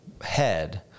head